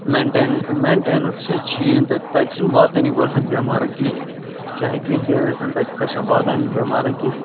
maintain maintain ہَسا چھُیی نہٕ تَتہِ تَتہِ چھُ نہٕ واتٲنی گۄڈنیٚتھ بیٚمارَن کِہیٖنۍ چاہے کینٛہہ تہِ ٲسۍتن تَتہِ ہسا چھُ نہٕ واتان بیٚمارَن کِہیٖنۍ